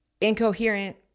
incoherent